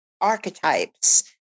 archetypes